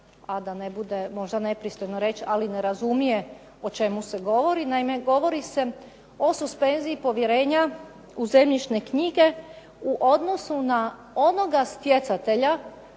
a da ne bude možda nepristojno reći ne razumije o čemu se govori. Naime, govori se o suspenziji povjerenja u zemljišne knjige u odnosu na onoga stjecatelja